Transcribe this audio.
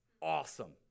awesome